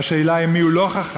והשאלה היא: מי לא חכם?